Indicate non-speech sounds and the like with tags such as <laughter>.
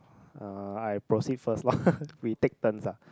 uh I proceed first lor <laughs> we take turns lah